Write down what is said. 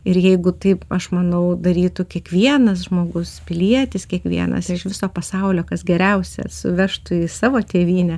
ir jeigu taip aš manau darytų kiekvienas žmogus pilietis kiekvienas iš viso pasaulio kas geriausia suvežtų į savo tėvynę